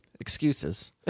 Excuses